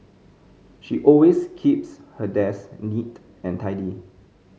she always keeps her desk neat and tidy